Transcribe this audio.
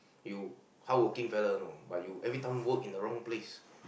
you hardworking fella you know but you everytime work in the wrong place